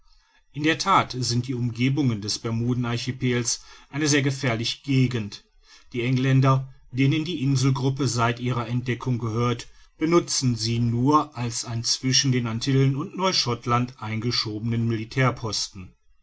in der that sind die umgebungen des bermuden archipels eine sehr gefährliche gegend die engländer denen die inselgruppe seit ihrer entdeckung gehört benutzen sie nur als einen zwischen den antillen und neu schottland eingeschobenen